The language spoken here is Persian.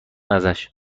ازشاب